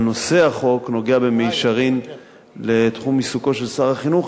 אבל נושא החוק נוגע במישרין לתחום עיסוקו של שר החינוך,